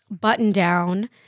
button-down